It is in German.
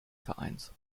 vereins